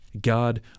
God